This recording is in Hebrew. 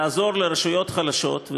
לעזור לרשויות חלשות,